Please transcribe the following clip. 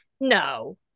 no